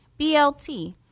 BLT